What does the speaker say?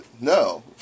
no